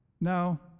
Now